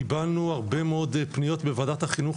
קיבלנו הרבה מאוד פניות בוועדת החינוך